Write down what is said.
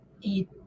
eat